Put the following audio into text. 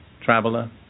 traveler